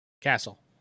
Castle